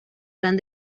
plan